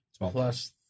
plus